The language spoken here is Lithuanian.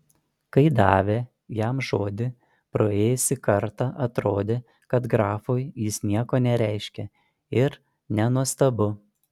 kai davė jam žodį praėjusį kartą atrodė kad grafui jis nieko nereiškia ir nenuostabu